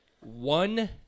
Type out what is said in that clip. one